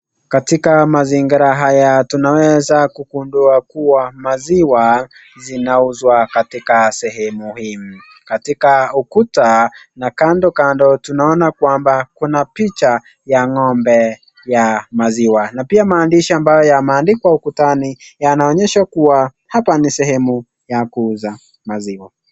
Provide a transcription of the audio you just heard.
Katika mazingira haya tunaweza kugundua kuwa maziwa zinauzwa katika sehemu hii. Katika ukuta na kando kando tunaona kwamba kuna picha ya ng'ombe ya maziwa, na pia maandishi ambayo yameandikwa ukutani yanaonyesha kuwa hapa ni sehemu ya kuuza maziwa.